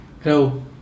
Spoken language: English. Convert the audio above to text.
Hello